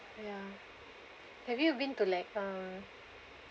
ya have you been to like uh